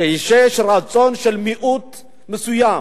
כשיש רצון של מיעוט מסוים,